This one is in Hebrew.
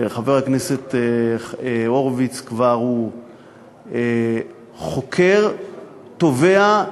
חבר הכנסת הורוביץ הוא כבר חוקר, תובע,